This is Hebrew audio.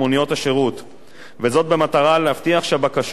במטרה להבטיח שהבקשות הוגשו בתום לב,